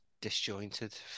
disjointed